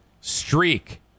streak